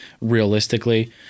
realistically